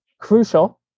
crucial